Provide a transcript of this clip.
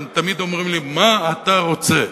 תמיד אומרים לי: מה אתה רוצה,